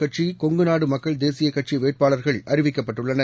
கட்சிகொங்குநாடுமக்கள் தி மு க தேசியகட்சிவேட்பாளர்கள் அறிவிக்கப்பட்டுள்ளனர்